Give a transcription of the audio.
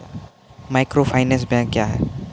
Microfinance bank क्या हैं?